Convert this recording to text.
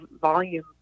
volume